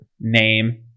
name